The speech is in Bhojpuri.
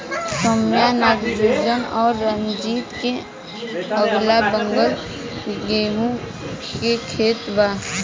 सौम्या नागार्जुन और रंजीत के अगलाबगल गेंहू के खेत बा